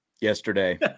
yesterday